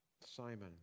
Simon